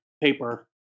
Paper